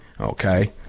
Okay